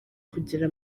kugira